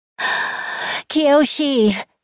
Kiyoshi